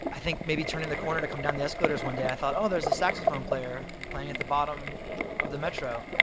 i think maybe turning the corner to come down the escalators one day, i thought oh, there's a saxophone player playing at the bottom of the metro.